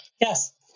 yes